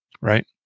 right